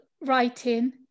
writing